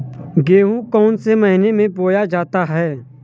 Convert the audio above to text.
गेहूँ कौन से महीने में बोया जाता है?